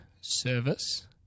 service